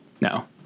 No